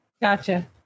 gotcha